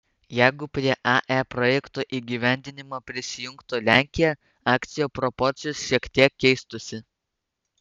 jeigu prie ae projekto įgyvendinimo prisijungtų lenkija akcijų proporcijos šiek tiek keistųsi